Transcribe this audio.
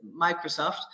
Microsoft